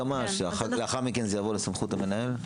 לאחר מכן זה יעבור לאחריות המנהל?